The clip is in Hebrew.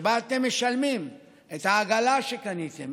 שבה אתם משלמים על העגלה שקניתם,